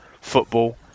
football